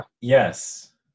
yes